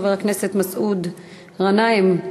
חבר הכנסת מסעוד גנאים,